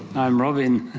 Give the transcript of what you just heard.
i'm robyn.